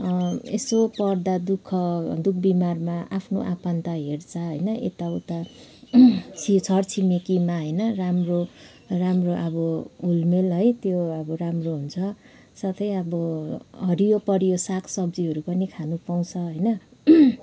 यसो पर्दा दुःख दुःख बिमारमा आफ्नो आफन्त हेर्छ होइन यताउता छरछिमेकीमा होइन राम्रो राम्रो अब हुलमुल है त्यो अब राम्रो हुन्छ साथै अब हरियोपरियो सागसब्जीहरू पनि खानु पाउँछ होइन